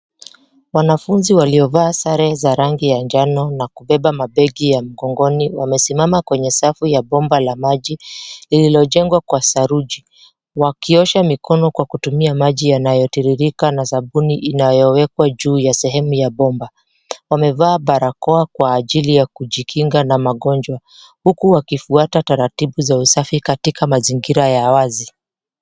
Wanafunzi waliovaa sare za rangi ya njano na kubeba mabegi ya mgongoni wamesimama kwenye safu ya bomba la maji lililojengwa kwa saruji. Wakiiosha mikono kwa kutumia maji yanayotiririka na sabuni inayowekwa juu ya sehemu ya bomba. Wamevaa barakoa kwa ajili ya kujikinga na magonjwa huku wakifuata taratibu za usafi katika mazingira ya wazi.